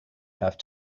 have